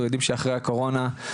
אנחנו יודעים שאחרי הקורונה,